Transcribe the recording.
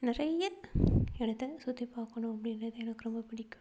நிறைய இடத்த சுற்றி பார்க்கணும் அப்படின்றது எனக்கு ரொம்ப பிடிக்கும்